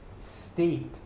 state